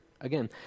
Again